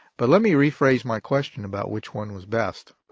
but let me rephrase my question about which one was best.